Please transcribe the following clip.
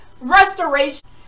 Restoration